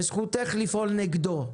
וזכותך לפעול נגדה.